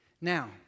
Now